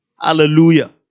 Hallelujah